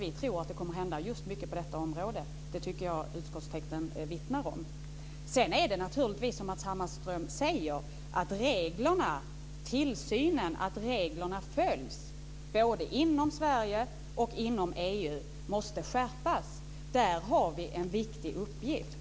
Vi tror att det kommer att hända mycket på just detta område. Det tycker jag att utskottstexten vittnar om. Det är naturligtvis som Matz Hammarström säger att tillsynen av att reglerna följs både inom Sverige och inom EU måste skärpas. Där har vi en viktig uppgift.